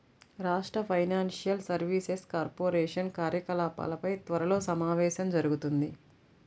రాష్ట్ర financial services corporation కార్యకలాపాలపై త్వరలో సమావేశం జరుగుతుంది